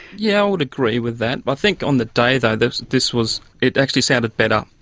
yeah would agree with that. i think on the day though this this was, it actually sounded better.